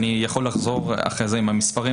אני יכול לחזור אחרי זה עם המספרים,